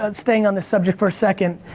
and staying on this subject for a second,